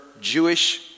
Jewish